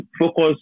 focus